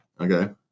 Okay